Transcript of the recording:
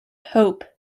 hope